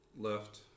Left